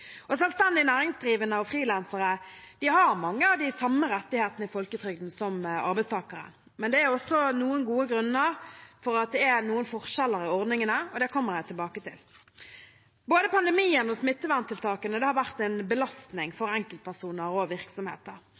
næringsdrivende og frilansere har mange av de samme rettighetene i folketrygden som arbeidstakere, men det er også noen gode grunner for at det er noen forskjeller i ordningene. Det kommer jeg tilbake til. Både pandemien og smitteverntiltakene har vært en belastning for enkeltpersoner og virksomheter.